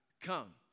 come